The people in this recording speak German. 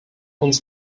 uns